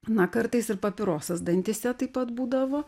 na kartais ir papirosais dantyse taip pat būdavo